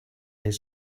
his